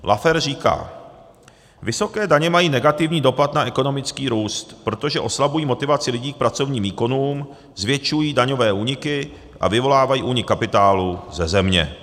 Laffer říká, vysoké daně mají negativní dopad na ekonomický růst, protože oslabují motivaci lidí k pracovním výkonům, zvětšují daňové úniky a vyvolávají únik kapitálu ze země.